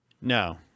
No